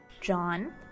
John